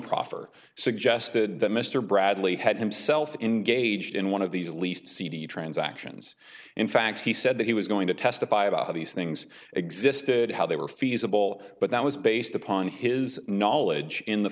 proffer suggested that mr bradley had himself in gauged in one of these least cd transactions in fact he said that he was going to testify about how these things existed how they were feasible but that was based upon his knowledge in the